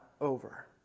over